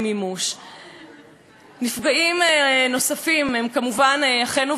נפגעים נוספים הם כמובן אחינו ואחיותינו מיהדות התפוצות.